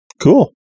Cool